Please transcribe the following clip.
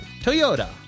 Toyota